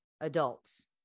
adults